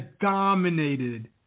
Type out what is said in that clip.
dominated